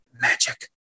magic